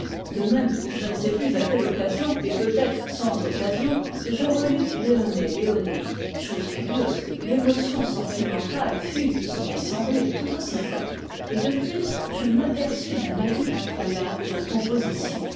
de même je ne sais plus à quelle occasion et peut-être sans occasion je relus leone leoni chose curieuse l'émotion sentimentale fut ce m'a semblé tout aussi forte et de plus je m'aperçus d'un mérite incroyable de composition